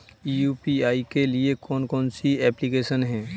UPI के लिए कौन कौन सी एप्लिकेशन हैं?